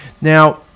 Now